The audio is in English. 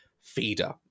feeder